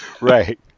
right